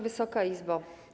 Wysoka Izbo!